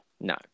No